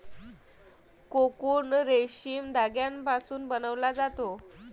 cocoon रेशीम धाग्यापासून बनवला जातो